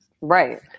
right